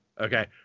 Okay